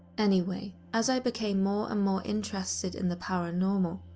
anyway, as i became more and more interested in the paranormal,